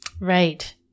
right